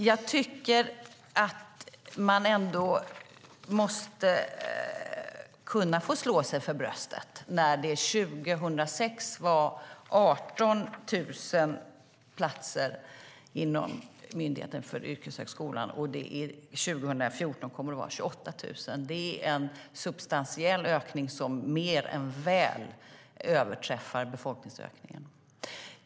Jag tycker ändå att man måste kunna få slå sig för brösten när det 2006 fanns 18 000 platser inom Myndigheten för yrkeshögskolan, och 2014 kommer det att finnas 28 000 platser. Det är en substantiell ökning som mer än väl överträffar befolkningsökningen.